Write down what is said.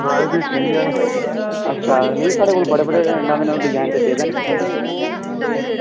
अच्छा नेईं साढ़े कोल बड़े बड़े नमें नमें डिजाइन ते पेदे न